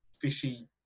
fishy